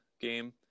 game